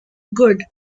good